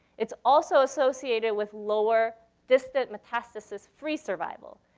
it's also associated with lower distant metastasis-free survival.